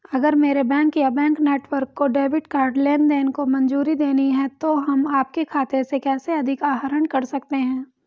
अगर मेरे बैंक या बैंक नेटवर्क को डेबिट कार्ड लेनदेन को मंजूरी देनी है तो हम आपके खाते से कैसे अधिक आहरण कर सकते हैं?